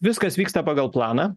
viskas vyksta pagal planą